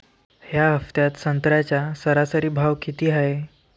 या हफ्त्यात संत्र्याचा सरासरी भाव किती हाये?